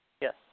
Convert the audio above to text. Yes